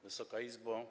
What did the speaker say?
Wysoka Izbo!